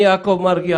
אני יעקב מרגי,